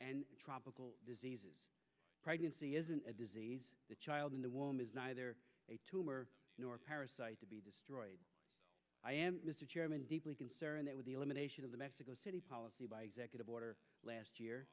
a tropical diseases pregnancy isn't a disease the child in the woman is neither a tumor nor parasite to be destroyed i am mr chairman deeply concerned that with the elimination of the mexico city policy by executive order last year